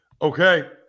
Okay